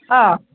ꯑꯥ